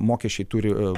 mokesčiai turi